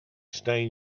stain